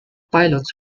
pilots